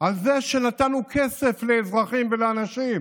על זה שנתנו כסף לאזרחים ולאנשים.